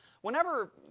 Whenever